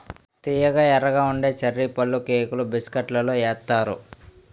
తియ్యగా ఎర్రగా ఉండే చర్రీ పళ్ళుకేకులు బిస్కట్లలో ఏత్తారు